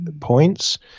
points